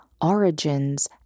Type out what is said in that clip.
origins